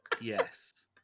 Yes